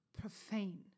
profane